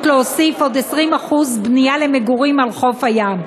להוסיף עוד 20% בנייה למגורים על חוף הים.